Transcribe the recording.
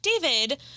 David